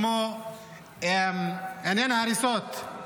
כמו עניין ההריסות.